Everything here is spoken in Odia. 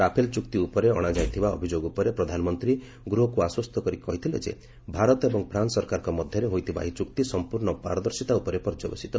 ରାଫେଲ୍ ଚୁକ୍ତି ଉପରେ ଅଣାଯାଇଥିବା ଅଭିଯୋଗ ଉପରେ ପ୍ରଧାନମନ୍ତ୍ରୀ ଗୃହକୁ ଆଶ୍ୱସ୍ତ କରିଥିଲେ ଯେ ଭାରତ ଏବଂ ଫ୍ରାନ୍ନ ସରକାରଙ୍କ ମଧ୍ୟରେ ହୋଇଥିବା ଏହି ଚୁକ୍ତି ସଂପୂର୍ଣ୍ଣ ପାରଦର୍ଶିତା ଉପରେ ପର୍ଯ୍ୟବେସିତ